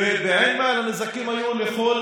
אילו נזקים היו שם?